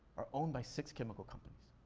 are owned by six chemical companies.